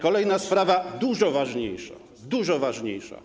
Kolejna sprawa, dużo ważniejsza, dużo ważniejsza.